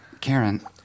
Karen